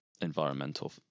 environmental